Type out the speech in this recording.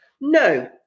No